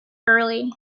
early